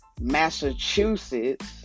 Massachusetts